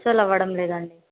అసలు అవ్వడం లేదండి